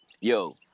Yo